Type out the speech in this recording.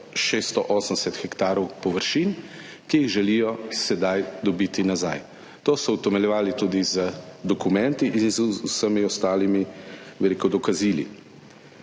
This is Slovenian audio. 680 hektarov površin, ki jih želijo sedaj dobiti nazaj. To so utemeljevali tudi z dokumenti in z vsemi ostalimi dokazili.